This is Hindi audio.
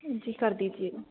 जी कर दीजिएगा